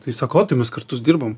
tai sako o tai mes kartu dirbam